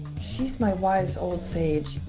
she's my wise old sage.